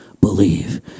believe